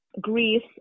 Greece